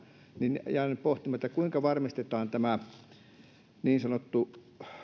niin olen jäänyt pohtimaan kuinka varmistetaan niin sanottu